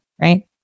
right